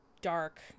dark